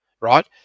right